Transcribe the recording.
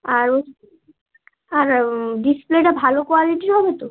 আরও আর ডিসপ্লেটা ভালো কোয়ালিটির হবে তো